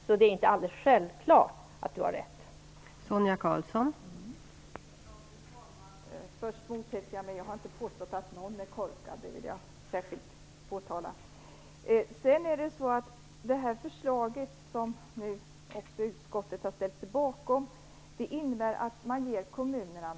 Så det är inte alldeles självklart att Sonia Karlsson har rätt.